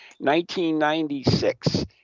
1996